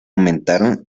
aumentaron